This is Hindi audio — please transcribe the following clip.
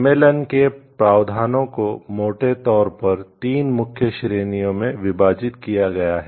सम्मेलन के प्रावधानों को मोटे तौर पर तीन मुख्य श्रेणियों में विभाजित किया गया है